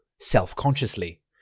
self-consciously